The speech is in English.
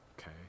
okay